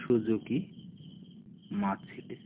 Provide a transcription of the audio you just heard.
Suzuki Mercedes